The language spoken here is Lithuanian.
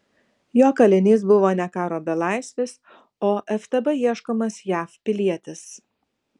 jo kalinys buvo ne karo belaisvis o ftb ieškomas jav pilietis